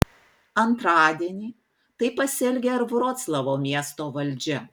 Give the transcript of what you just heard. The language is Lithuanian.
antradienį taip pasielgė ir vroclavo miesto valdžia